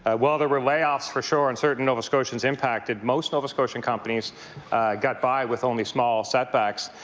ah while there were layoffs for sure and certain nova scotians impacted most nova scotian companies got by with only small setbacks.